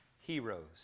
heroes